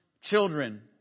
children